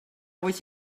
was